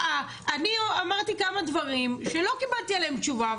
אני אמרתי כמה דברים שלא קיבלתי עליהם תשובה,